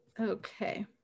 Okay